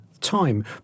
time